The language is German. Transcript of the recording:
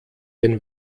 den